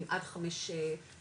עד חמש פעוטות,